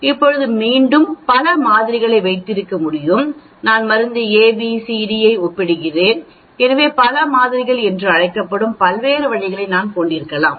இப்போது மீண்டும் நீங்கள் பல மாதிரிகளை வைத்திருக்க முடியும் நான் மருந்து A B C D ஐ ஒப்பிடுகிறேன் எனவே பல மாதிரிகள் என்று அழைக்கப்படும் பல்வேறு வழிகளை நான் கொண்டிருக்கலாம்